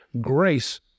Grace